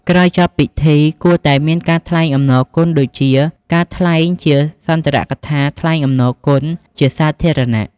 ក្រោយចប់ពិធី គួរតែមានការថ្លែងអំណរគុណដូចជា ការថ្លែងជាសុន្ទរកថាថ្លែងអំណរគុណជាសាធារណៈ។